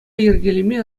йӗркелеме